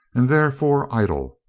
and therefore idle.